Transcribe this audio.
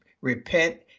Repent